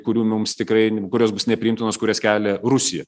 kurių mums tikrai kurios bus nepriimtinos kurias kelia rusija